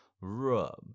rub